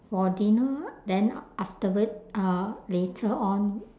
for dinner then afterward uh later on